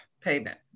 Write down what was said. payment